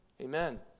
Amen